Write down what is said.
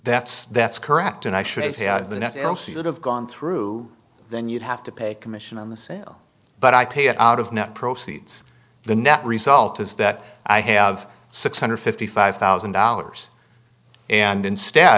that's that's correct and i should have gone through than you'd have to pay commission on the sale but i pay it out of net proceeds the net result is that i have six hundred and fifty five thousand dollars and instead